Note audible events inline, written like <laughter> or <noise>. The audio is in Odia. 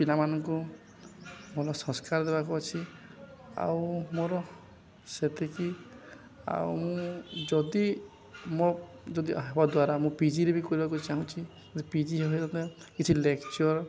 ପିଲାମାନଙ୍କୁ ଭଲ ସଂସ୍କାର ଦେବାକୁ ଅଛି ଆଉ ମୋର ସେତିକି ଆଉ ମୁଁ ଯଦି ମୋ ଯଦି ହେବା ଦ୍ୱାରା ମୁଁ ପିଜିରେ ବି କରିବାକୁ ଚାହୁଁଛି ପି ଜି <unintelligible> କିଛି ଲେକ୍ଚର୍